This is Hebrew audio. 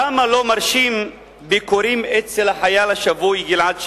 למה לא מרשים ביקורים אצל החייל השבוי גלעד שליט?